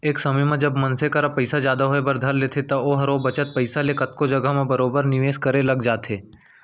एक समे म जब मनसे करा पइसा जादा होय बर धर लेथे त ओहर ओ बचत पइसा ले कतको जघा म बरोबर निवेस करे लग जाथे